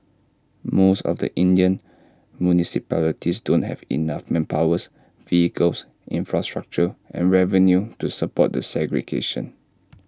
most of the Indian municipalities don't have enough manpower vehicles infrastructure and revenue to support the segregation